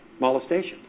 molestation